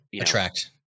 attract